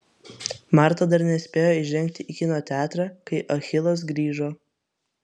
marta dar nespėjo įžengti į kino teatrą kai achilas grįžo